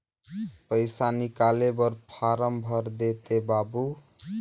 पइसा निकाले बर फारम भर देते बाबु?